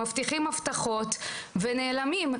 מבטיחים הבטחות ונעלמים,